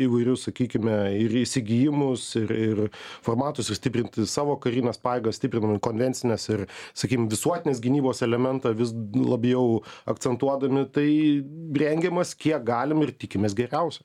įvairius sakykime ir įsigijimus ir formatų sustiprinti savo karines pajėgas stiprinant konvencines ir sakym visuotinės gynybos elementą vis labiau akcentuodami tai rengiamas kiek galim ir tikimės geriausio